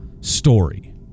story